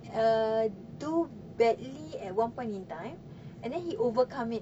err do badly at one point in time and then he overcome it